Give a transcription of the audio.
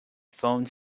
phone